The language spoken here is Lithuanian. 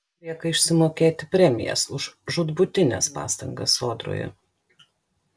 lieka išsimokėti premijas už žūtbūtines pastangas sodroje